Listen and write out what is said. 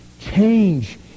change